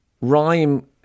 rhyme